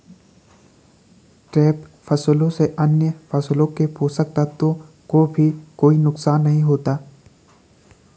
trap फसलों से अन्य फसलों के पोषक तत्वों को भी कोई नुकसान नहीं होता